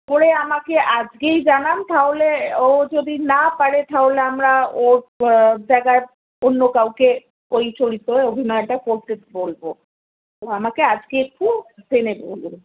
করে আমাকে আজকেই জানান তাহলে ও যদি না পারে তাহলে আমরা ওর জায়গায় অন্য কাউকে ওই চরিত্রে অভিনয়টা করতে বলবো তো আমাকে আজকে একটু জেনে বলুন